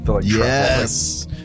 Yes